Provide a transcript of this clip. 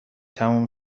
تموم